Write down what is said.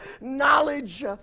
knowledge